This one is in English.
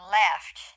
left